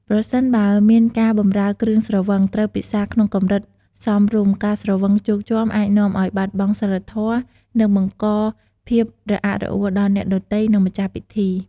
ប្រសិនបើមានការបម្រើគ្រឿងស្រវឹង ត្រូវពិសារក្នុងកម្រិតសមរម្យ ការស្រវឹងជោគជាំអាចនាំឱ្យបាត់បង់សីលធម៌ និងបង្កភាពរអាក់រអួលដល់អ្នកដទៃ និងម្ចាស់ពិធី។